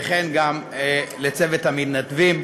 וכן גם לצוות המתנדבים.